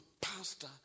pastor